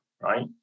right